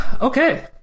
Okay